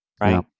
right